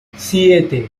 siete